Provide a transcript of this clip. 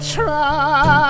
try